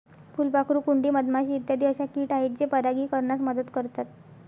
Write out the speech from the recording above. फुलपाखरू, कुंडी, मधमाशी इत्यादी अशा किट आहेत जे परागीकरणास मदत करतात